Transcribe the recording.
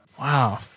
Wow